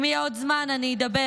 אם יהיה עוד זמן, אני אדבר.